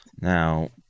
Now